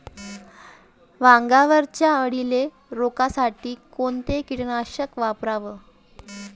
वांग्यावरच्या अळीले रोकासाठी कोनतं कीटकनाशक वापराव?